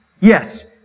Yes